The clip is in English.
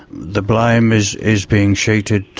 the blame is is being sheeted,